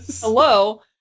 hello